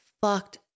fucked